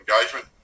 engagement